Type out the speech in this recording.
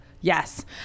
yes